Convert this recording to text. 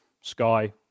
sky